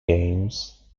games